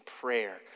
prayer